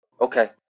Okay